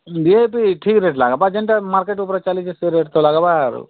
rate ଠିକ୍ ରେଟ୍ଟା ଲାଗ୍ବା ଯେନ୍ତା ମାର୍କେଟ୍ ଉପରେ ଚାଲିଛି ସେ ରେଟ୍ ତ ଲାଗ୍ବା ଆରୁ